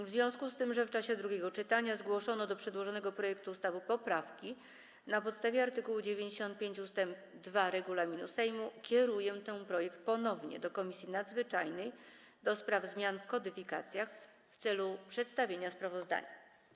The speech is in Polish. W związku z tym, że w czasie drugiego czytania zgłoszono do przedłożonego projektu ustawy poprawki, na podstawie art. 95 ust. 2 regulaminu Sejmu, kieruję ten projekt ponownie do Komisji Nadzwyczajnej do spraw zmian w kodyfikacjach w celu przedstawienia sprawozdania.